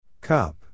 Cup